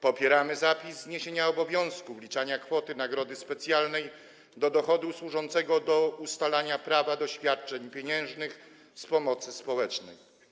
Popieramy zapis zniesienia obowiązku wliczania kwoty nagrody specjalnej do dochodu służącego do ustalania prawa do świadczeń pieniężnych z pomocy społecznej.